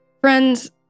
Friends